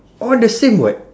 all the same [what]